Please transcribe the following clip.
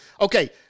okay